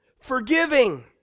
Forgiving